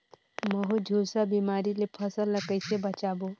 महू, झुलसा बिमारी ले फसल ल कइसे बचाबो?